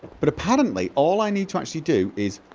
but apparently all i need to actually do is